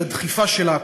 הדחיפה שלה,